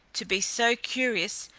to be so curious,